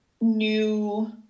new